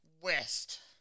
West